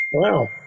Wow